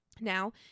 Now